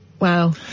Wow